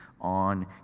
on